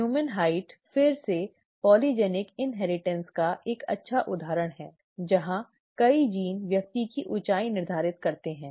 मानव ऊंचाई फिर से पॉलीजेनिक इन्हेरिटन्स का एक अच्छा उदाहरण है जहां कई जीन व्यक्ति की ऊंचाई निर्धारित करते हैं